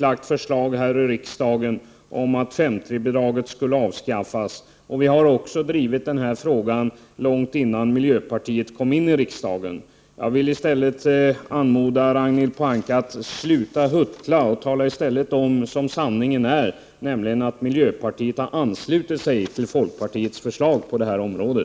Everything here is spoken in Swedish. lagt fram förslag här i riksdagen om att 5:3-bidraget skulle avskaffas. Vi har drivit frågan långt innan miljöpartiet kom in i riksdagen. Jag vill därför anmoda Ragnhild Pohanka att sluta huttla och i stället tala om som sanningen är: miljöpartiet har anslutit sig till folkpartiets förslag på det här området.